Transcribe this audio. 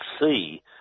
see